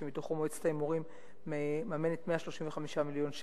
שמתוכם מועצת ההימורים מממנת 135 מיליון שקל,